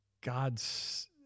God's